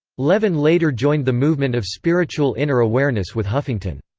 levin later joined the movement of spiritual inner awareness with huffington.